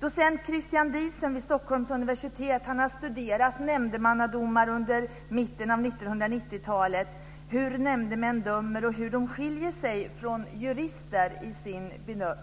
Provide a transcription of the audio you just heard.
Docent Christian Diesen vid Stockholms universitet har studerat nämndemannadomar under mitten av 1990-talet - hur nämndemän dömer och hur de skiljer sig från jurister i sin